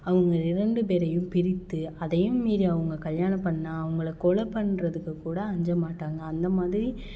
அவங்க இரண்டு பேரையும் பிரித்து அதையும் மீறி அவங்க கல்யாணம் பண்ணா அவங்கள கொல பண்ணுறதுக்கு கூட அஞ்சமாட்டாங்க அந்தமாதிரி